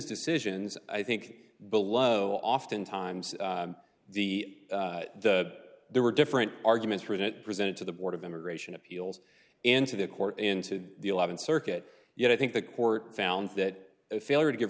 decisions i think below oftentimes the the there were different arguments for it presented to the board of immigration appeals into the court into the th circuit yet i think the court found that a failure to give